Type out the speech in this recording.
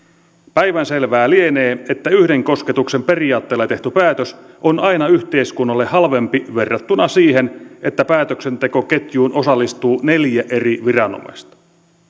päivänselvää lienee että yhden kosketuksen periaatteella tehty päätös on aina yhteiskunnalle halvempi verrattuna siihen että päätöksentekoketjuun osallistuu neljä eri viranomaista